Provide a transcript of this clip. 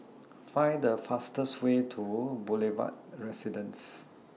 Find The fastest Way to Boulevard Residence